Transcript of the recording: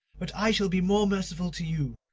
but i shall be more merciful to you.